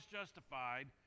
justified